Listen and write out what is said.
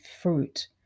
fruit